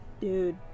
Dude